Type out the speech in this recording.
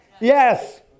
Yes